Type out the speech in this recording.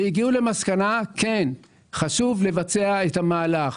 והגיעו למסקנה שחשוב לבצע את המהלך.